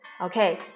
Okay